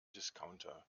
discounter